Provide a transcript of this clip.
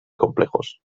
complejos